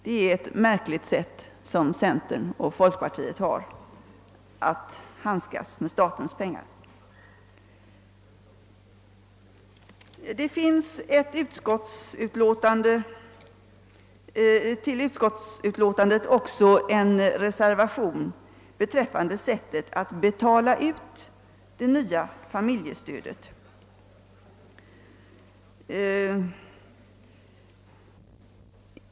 Det är ett märkligt sätt som centern och folkpartiet handskas med statens pengar på! Reservationen 5 i det aktuella utlåtandet gäller sättet för utbetalning av det nya familjestödet.